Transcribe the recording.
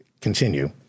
Continue